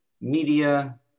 media